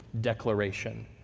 declaration